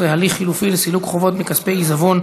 15) (הליך חלופי לסילוק חובות מכספי העיזבון),